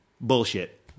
bullshit